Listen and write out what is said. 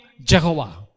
Jehovah